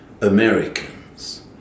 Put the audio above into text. Americans